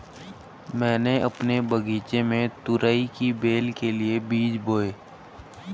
मैंने अपने बगीचे में तुरई की बेल के लिए बीज बोए